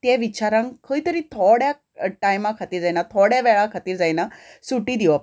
त्या विचारांक खंय तरी थोड्या टायमा खातीर जायनां थोड्या वेळा खातीर जायनां सुटी दिवप